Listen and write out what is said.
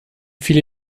viele